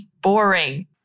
Boring